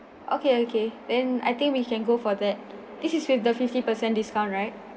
okay okay then I think we can go for that this is with the fifty percent discount right